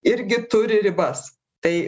irgi turi ribas tai